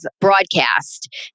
broadcast